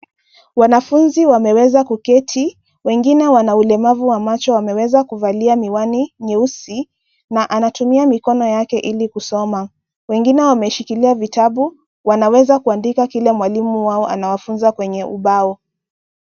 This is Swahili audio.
Wanafunzi wameweza kuketi, wengine wana ulemavu wa macho wameweza kuvalia miwani nyeusi na anatumia mikono yake ili kusoma. Wengine wameshililia vitabu wanaweza kuandika kile mwalimu wao anawafunza kwenye ubao.